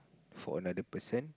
for another person